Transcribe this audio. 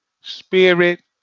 spirit